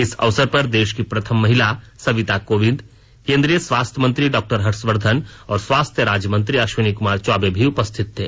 इस अवसर पर देश की प्रथम महिला सविता कोविंद केंद्रीय स्वास्थ्य मंत्री डॉक्टर हर्षवर्धन और स्वास्थ्य राज्य मंत्री अश्विनी कुमार चौबे भी उपस्थित थे